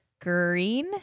green